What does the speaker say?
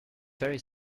very